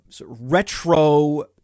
retro